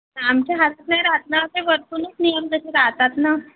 आमच्या हातात नाही राहात ना ते वरतूनच नियम तसे राहतात ना